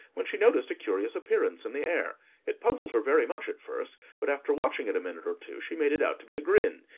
when she noticed a curious appearance in the air it puzzled her very much at first, but, after watching it a minute or two, she made it out to be a grin,